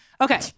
Okay